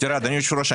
אדוני היושב ראש,